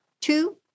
two